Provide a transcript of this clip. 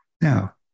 Now